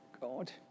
God